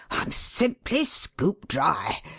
i'm simply scooped dry!